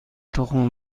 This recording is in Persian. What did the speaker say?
تخم